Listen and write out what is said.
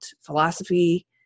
philosophy